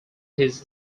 his